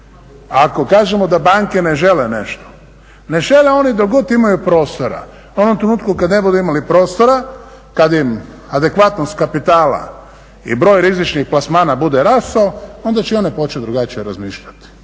Ako kažemo da banke ne žele nešto, ne žele oni dok god imaju prostora, u onom trenutku kada ne budu imali prostora, kad im adekvatnost kapitala i broj rizičnih plasmana bude rastao, onda će i oni početi drugačije razmišljati.